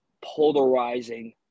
polarizing